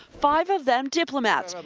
five of them diplomats,